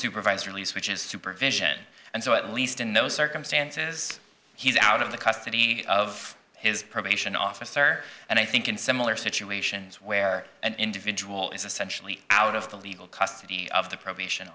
supervisor lease which is supervision and so at least in those circumstances he's out of the custody of his probation officer and i think in similar situations where an individual is essentially out of the legal custody of the probation